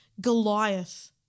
Goliath